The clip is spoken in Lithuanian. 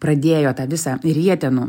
pradėjo tą visą rietenų